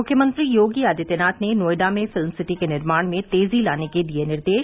मुख्यमंत्री योगी आदित्यनाथ ने नोएडा में फिल्म सिटी के निर्माण में तेजी लाने के दिए निर्देश